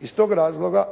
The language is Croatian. Iz tog razloga,